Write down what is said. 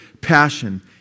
passion